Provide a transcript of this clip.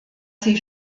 sie